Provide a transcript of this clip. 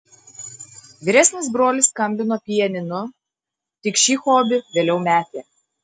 vyresnis brolis skambino pianinu tik šį hobį vėliau metė